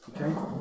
Okay